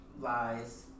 Lies